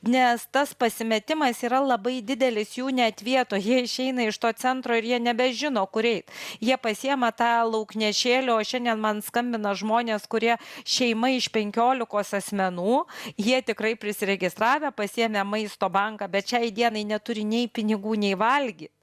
nes tas pasimetimas yra labai didelis jų net vietoj jie išeina iš to centro ir jie nebežino kur eit jie pasiima tą lauknešėlį o šiandien man skambina žmonės kurie šeima iš penkiolikos asmenų jie tikrai prisiregistravę pasiėmę maisto banką bet šiai dienai neturi nei pinigų nei valgyt